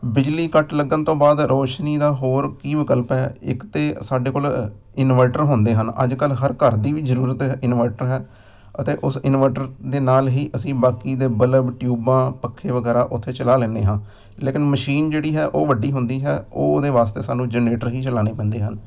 ਬਿਜਲੀ ਕੱਟ ਲੱਗਣ ਤੋਂ ਬਾਅਦ ਰੋਸ਼ਨੀ ਦਾ ਹੋਰ ਕੀ ਵਿਕਲਪ ਹੈ ਇੱਕ ਤਾਂ ਸਾਡੇ ਕੋਲ ਇਨਵਰਟਰ ਹੁੰਦੇ ਹਨ ਅੱਜ ਕੱਲ੍ਹ ਹਰ ਘਰ ਦੀ ਵੀ ਜ਼ਰੂਰਤ ਹੈ ਇਨਵਰਟਰ ਹੈ ਅਤੇ ਉਸ ਇਨਵਰਟਰ ਦੇ ਨਾਲ ਹੀ ਅਸੀਂ ਬਾਕੀ ਦੇ ਬਲਬ ਟਿਊਬਾਂ ਪੱਖੇ ਵਗੈਰਾ ਉੱਥੇ ਚਲਾ ਲੈਂਦੇ ਹਾਂ ਲੇਕਿਨ ਮਸ਼ੀਨ ਜਿਹੜੀ ਹੈ ਉਹ ਵੱਡੀ ਹੁੰਦੀ ਹੈ ਉਹ ਉਹਦੇ ਵਾਸਤੇ ਸਾਨੂੰ ਜਨਰੇਟਰ ਹੀ ਚਲਾਉਣੇ ਪੈਂਦੇ ਹਨ